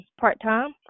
part-time